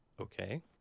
okay